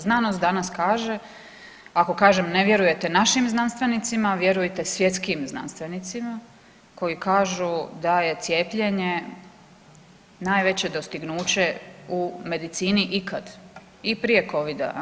Znanost danas kaže ako kažem ne vjerujete našim znanstvenici, vjerujte svjetskim znanstvenicima koji kažu da je cijepljenje najveće dostignuće u medicini kad i prije Covid-a jel'